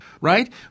right